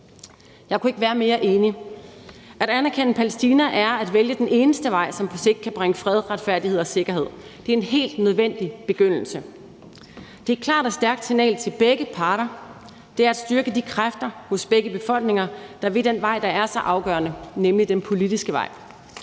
Jeg kunne ikke være mere enig. At anerkende Palæstina er at vælge den eneste vej, som på sigt kan bringe fred, retfærdighed og sikkerhed. Det er en helt nødvendig begyndelse. Det er et klart og stærkt signal til begge parter. Det er at styrke de kræfter hos begge befolkninger, der vil den vej, der er så afgørende, nemlig den politiske vej.